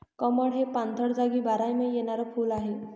कमळ हे पाणथळ जागी बारमाही येणारे फुल आहे